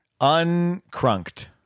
Uncrunked